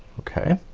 okay,